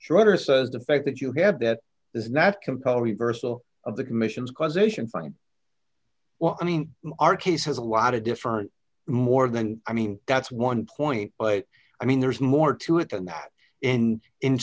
schroeder says the fact that you have that does not compel reversal of the commission's causation funny well i mean our case has a lot of different more than i mean that's one point but i mean there's more to it than that and in